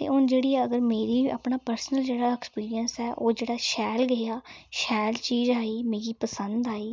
ते हून जेह्ड़ी अगर मेरी अपना पर्सनल जेह्ड़ा ऐक्सपीरियंस ऐ ओह् जेह्ड़ा शैल गेआ शैल चीज आई मिगी पसंद आई